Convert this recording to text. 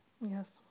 Yes